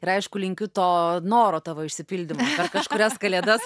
ir aišku linkiu to noro tavo išsipildymo kad kažkurias kalėdas